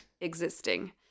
existing